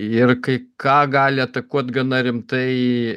ir kai ką gali atakuot gana rimtai